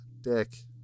Dick